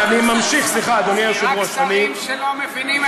אני ממשיך, סליחה, אדוני היושב-ראש, אני,